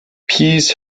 peas